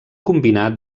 combinar